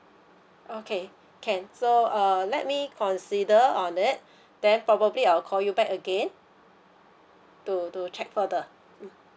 okay can so err let me consider on it then probably I'll call you back again to to check further mm